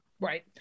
Right